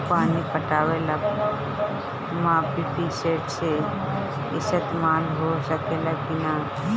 पानी पटावे ल पामपी सेट के ईसतमाल हो सकेला कि ना?